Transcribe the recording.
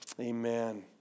Amen